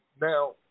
Now